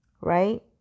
right